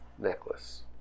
Necklace